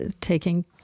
taking